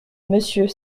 monsieur